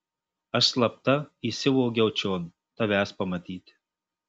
aš slapta įsivogiau čion tavęs pamatyti